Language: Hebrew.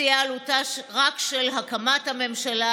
שיאי עלות רק של הקמת הממשלה,